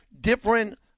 different